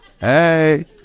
Hey